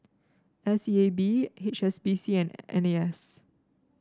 S E A B H S B C and N A S